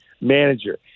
Manager